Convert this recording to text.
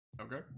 Okay